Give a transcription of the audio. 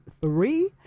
three